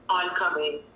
oncoming